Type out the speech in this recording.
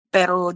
Pero